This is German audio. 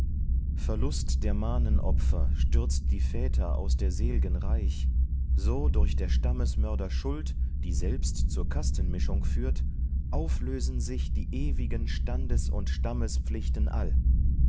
verlust der manenopfer stürzt die väter aus der sel'gen reich so durch der stammesmörder schuld die selbst zur kastenmischung führt auflösen sich die ewigen standes und stammespflichten all